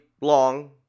long